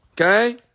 Okay